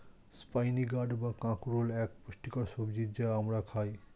spiny gourd বা কাঁকরোল এক পুষ্টিকর সবজি যা আমরা খাই